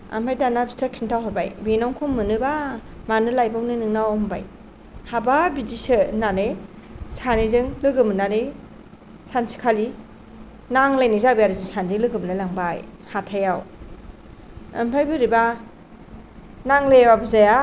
आमफाय दाना बिस्रा खिन्था हरबाय बेनाव खम मोनोबा मानो लायबावनो नोंनाव होनबाय हाबाब बिदिसो होननानै सानैजों लोगो मोननानै सानसेखालि नांलायनाय जाबाय आरो जों सानैजों लोगो मोनलाय लांबाय हाथायाव ओमफाय बोरैबा नांलायाबाबो जाया